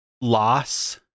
loss